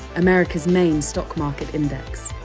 america's main stockmarket index,